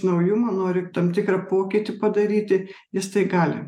naujumą nori tam tikrą pokytį padaryti jis tai gali